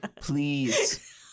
please